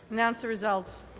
announce the result.